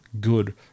good